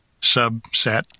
subset